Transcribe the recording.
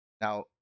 Now